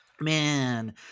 Man